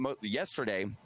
yesterday